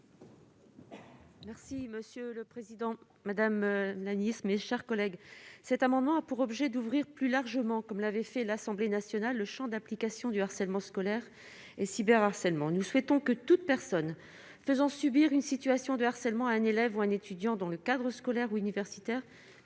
Merci monsieur le président, madame la Nice, mes chers collègues, cet amendement a pour objet d'ouvrir plus largement, comme l'avait fait l'Assemblée nationale, le Champ d'application du harcèlement scolaire et cyber harcèlement, nous souhaitons que toute personne faisant subir une situation de harcèlement à un élève ou un étudiant dans le cadre scolaire ou universitaire